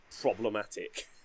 problematic